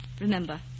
Remember